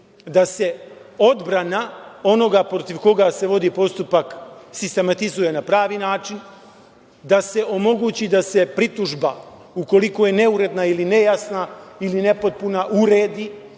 da se odbrana onoga protiv koga se vodi postupak sistematizuje na pravni način, da se omogući da se pritužba, ukoliko je neuredna, nejasna ili nepotpuna, uredi,